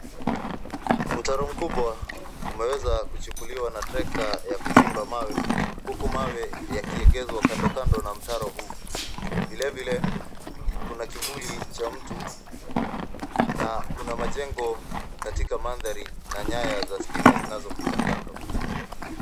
Mtaro mkubwa umeweza kuchimbuliwa na trekta ya kuchimba mawe, huku mawe yakiegezwa kando kando na mtaro huu. Vile vile kuna kivuli cha mtu na kuna majengo katika mandhari na nyaya za stima zinazopita kando.